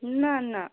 نہَ نہَ